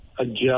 adjust